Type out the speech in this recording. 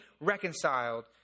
reconciled